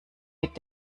mit